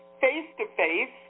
face-to-face